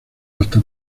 hasta